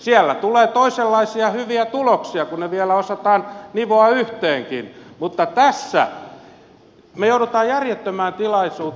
siellä tulee toisenlaisia hyviä tuloksia kun ne vielä osataan nivoa yhteenkin mutta tässä me joudumme järjettömään tilanteeseen